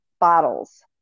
bottles